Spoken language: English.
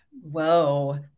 Whoa